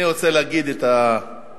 אני רוצה להגיד את הסיום.